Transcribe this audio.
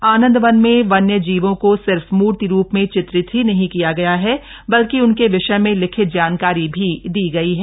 आंनद वन में वन्य जीवों को सिर्फ मूर्ति रूप में चित्रित ही नही किया गया है बल्कि उनके विषय में लिखित जानकारी भी दी गई है